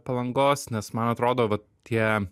palangos nes man atrodo va tie